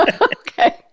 Okay